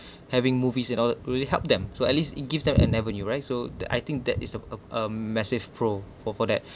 having movies at all really help them to at least it gives them a never knew right so I think that is of a um massive pro for for that